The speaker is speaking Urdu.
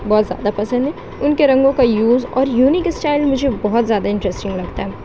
بہت زیادہ پسند ہیں ان کے رنگوں کا یوز اور یونیک اسٹائل مجھے بہت زیادہ انٹرسٹنگ لگتا ہے